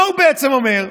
מה הוא בעצם אומר?